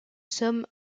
sommes